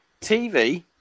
TV